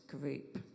group